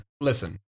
Listen